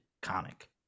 comic